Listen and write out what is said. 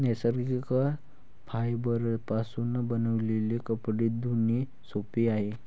नैसर्गिक फायबरपासून बनविलेले कपडे धुणे सोपे आहे